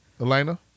Elena